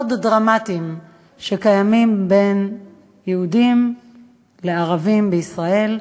דרמטיים שקיימים בין יהודים לערבים בישראל,